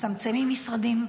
תצמצמי משרדים,